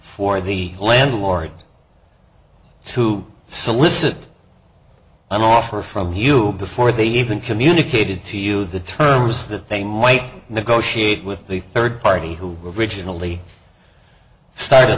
for the landlord to solicit an offer from you before they even communicated to you the terms that they might negotiate with the third party who originally start